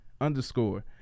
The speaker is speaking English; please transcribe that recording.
underscore